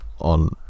on